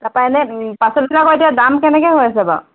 তাপা এনে পাচলিবিলাকৰ এতিয়া দাম কেনেকৈ হৈ আছে বাৰু